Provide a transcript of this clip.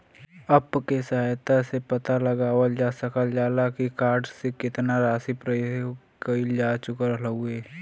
app के सहायता से पता लगावल जा सकल जाला की कार्ड से केतना राशि प्रयोग कइल जा चुकल हउवे